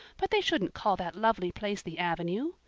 but they shouldn't call that lovely place the avenue.